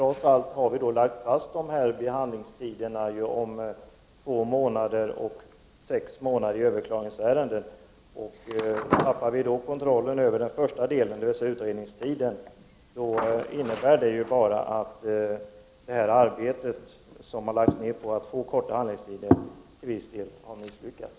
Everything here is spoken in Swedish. Vi har ändå fastställt dessa tider på två månader för utredning och sex månader för överklagningsärenden. Tappar vi då kontrollen över den första delen, dvs. utredningstiden, innebär det att arbetet på att förkorta handläggningstiden i viss utsträckning har misslyckats.